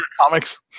comics